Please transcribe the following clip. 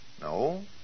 No